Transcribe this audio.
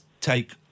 take